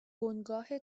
بنگاه